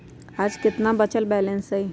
आज केतना बचल बैलेंस हई?